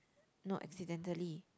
no accidentally